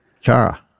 Chara